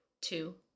Two